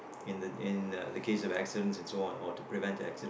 in the in the case of accidents it's all and all to prevent an accident